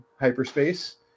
hyperspace